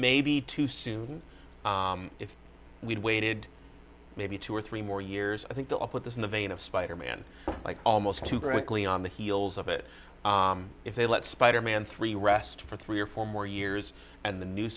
may be too soon if we'd waited maybe two or three more years i think the up with this in the vein of spider man like almost to brinkley on the heels of it if they let spider man three rest for three or four more years and the new